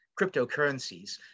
cryptocurrencies